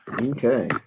Okay